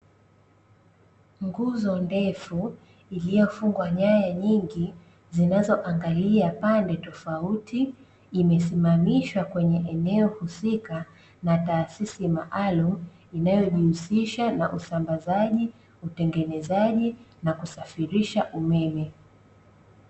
Nguzo ndefu iliyofungwa nyaya nyingi zinazoangalia pande tofauti, imesimamishwa kwenye eneo husika na taasisi maalumu inayojihusisha na usambazaji, utengenezaji na kusafirisha umeme.